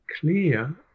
clear